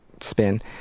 spin